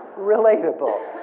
relatable.